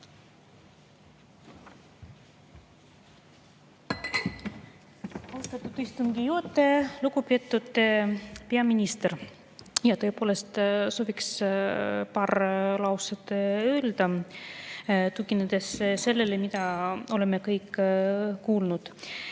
Austatud istungi juhataja! Lugupeetud peaminister! Jaa, tõepoolest sooviks paar lauset öelda, tuginedes sellele, mida oleme kõik kuulnud.